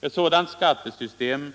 Ett sådant skattesystem